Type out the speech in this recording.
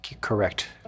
correct